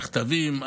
המכתבים,